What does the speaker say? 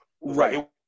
Right